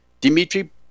dimitri